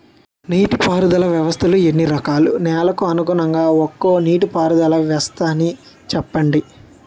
నీటి పారుదల వ్యవస్థలు ఎన్ని రకాలు? నెలకు అనుగుణంగా ఒక్కో నీటిపారుదల వ్వస్థ నీ చెప్పండి?